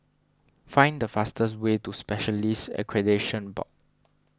find the fastest way to Specialists Accreditation Board